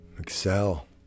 excel